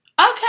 Okay